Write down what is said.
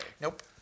nope